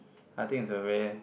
I think it's a very